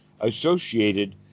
associated